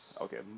Okay